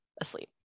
asleep